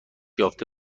یافته